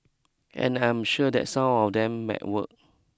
and I am sure that some of them might work